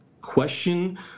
question